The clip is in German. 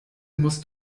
musst